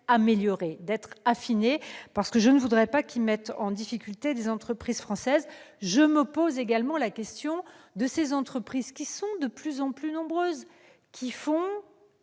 d'être amélioré, affiné, parce que je ne voudrais pas qu'il mette en difficulté des entreprises françaises. Je me pose également la question des entreprises, de plus en plus nombreuses, qui font